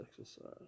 exercise